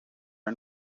and